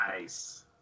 Nice